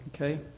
Okay